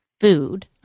food